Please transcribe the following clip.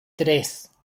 tres